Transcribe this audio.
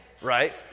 Right